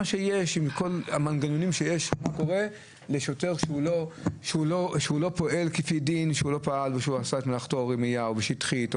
אם שוטר שהוא לא פועל על פי דין או שעושה מלאכתו רמייה או בצורה שטחית,